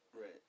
Right